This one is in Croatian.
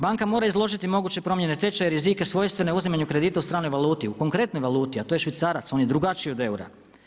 Banka mora izložiti moguće promjene tečaja rizika svojstvene uzimanju kredita u stranoj valuti u konkretnoj valuti“, a to je švicarac on je drugačiji od eura.